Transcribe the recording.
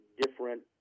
different